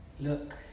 look